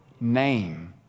name